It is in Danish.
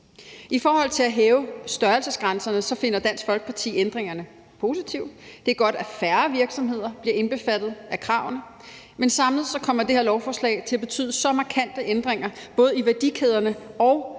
I forhold til at hæve størrelsesgrænserne finder Dansk Folkeparti ændringerne positive. Det er godt, at færre virksomheder bliver indbefattet af kravene, men samlet kommer det her lovforslag til at betyde så markante ændringer både i værdikæderne og i forhold til de